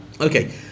Okay